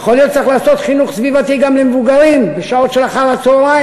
יכול להיות שצריך לעשות חינוך סביבתי גם למבוגרים בשעות אחר-הצהריים,